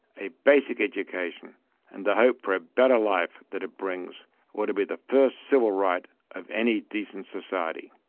a basic education and the hope for a better life that it brings ought to be the first civil right of any decent society.